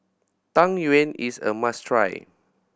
Tang Yuen is a must try